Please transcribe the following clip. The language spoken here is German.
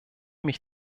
mich